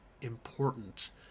important